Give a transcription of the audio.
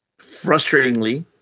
frustratingly